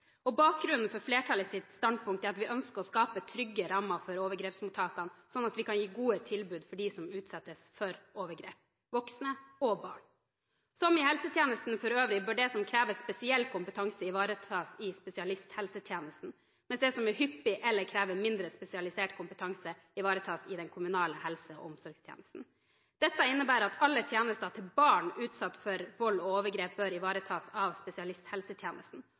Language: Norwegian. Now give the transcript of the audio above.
Bakgrunnen for flertallets standpunkt er at vi ønsker å skape trygge rammer for overgrepsmottakene, sånn at vi kan gi gode tilbud for dem som utsettes for overgrep – voksne og barn. Som i helsetjenesten for øvrig bør det som krever spesiell kompetanse, ivaretas i spesialisthelsetjenesten, mens det som er hyppig eller krever mindre spesialisert kompetanse, ivaretas i den kommunale helse- og omsorgstjenesten. Dette innebærer at alle tjenester til barn utsatt for vold og overgrep bør ivaretas av spesialisthelsetjenesten.